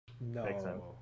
No